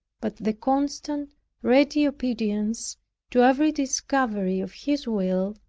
but the constant ready obedience to every discovery of his will,